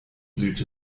süd